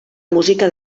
música